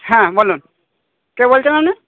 হ্যাঁ বলুন কে বলছেন আপনি